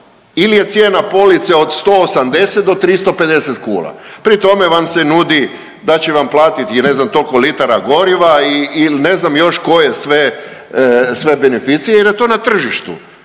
ili je cijena police od 180 do 350 kuna. Pri tome vam se nudi da će vam platiti ne znam toliko litara goriva ili ne znam još koje sve beneficije i da je to na tržištu.